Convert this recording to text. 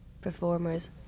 performers